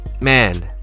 man